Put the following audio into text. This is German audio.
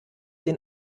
den